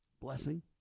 blessing